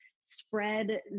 spread